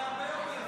זה הרבה יותר מזה.